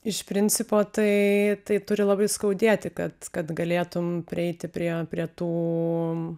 iš principo tai tai turi labai skaudėti kad kad galėtum prieiti prie prie tų